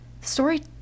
story